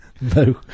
No